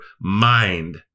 mind